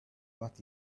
what